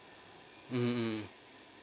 mm